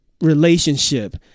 relationship